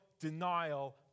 denial